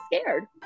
scared